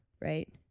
Right